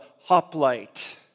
hoplite